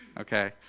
okay